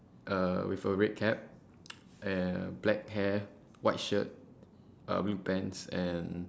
uh with a red cap err black hair white shirt uh blue pants and